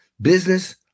business